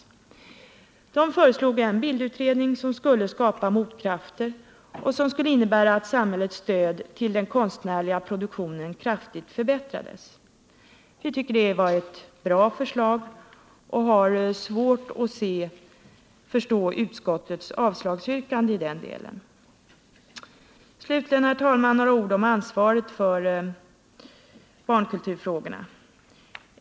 Gruppen föreslog en bildutredning, som skulle skapa motkrafter och som skulle innebära att samhällets stöd till den konstnärliga produktionen kraftigt förbättrades. Vi tycker det var ett bra förslag och har svårt att förstå utskottets avslagsyrkande i den delen. Slutligen, herr talman, några ord om ansvaret för barnkulturfrågorna.